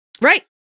Right